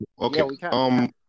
Okay